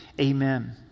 Amen